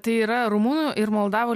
tai yra rumunų ir moldavų